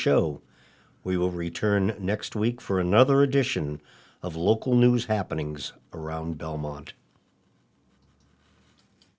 show we will return next week for another edition of local news happening around belmont